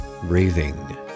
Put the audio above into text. breathing